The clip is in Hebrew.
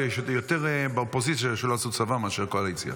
ויש יותר באופוזיציה שלא עשו צבא מאשר בקואליציה.